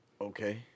Okay